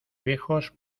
viejos